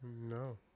No